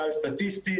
סל סטטיסטי,